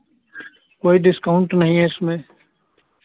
कोई डिस्काउंट नहीं है इसमें